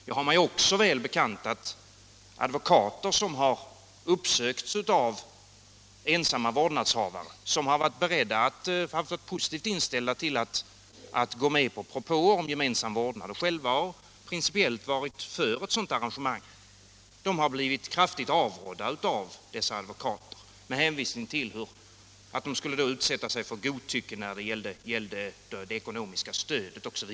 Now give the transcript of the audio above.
Jag har mig också bekant att ensamma vårdnadshavare som varit positivt inställda till propåer om gemensam vårdnad och själva principiellt varit för sådant arrangemang har blivit kraftigt avrådda från detta av advokater som de uppsökt, och detta med hänvisning till att de skulle utsätta sig för godtycke när det gällde det ekonomiska stödet.